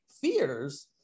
fears